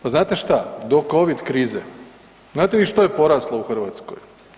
Pa znate šta, do covid krize, znate vi što je poraslo u Hrvatskoj?